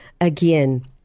again